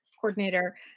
coordinator